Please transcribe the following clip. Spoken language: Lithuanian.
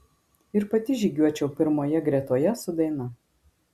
ir pati žygiuočiau pirmoje gretoje su daina